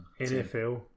NFL